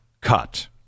cut